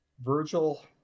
Virgil